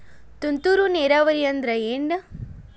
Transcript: ತುಂತುರು ನೇರಾವರಿ ಅಂದ್ರ ಏನ್?